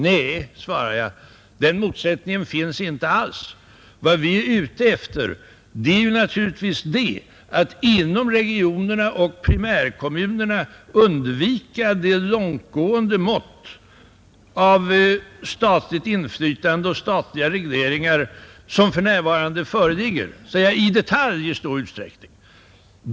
Nej, svarar jag, den motsättningen finns inte. Vad vi är ute efter är att inom regionerna och primärkommunerna undvika det långtgående mått av statligt inflytande och statliga regleringar i detalj som för närvarande föreligger.